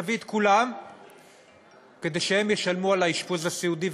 תביא את כולם כדי שהם ישלמו על האשפוז הסיעודי,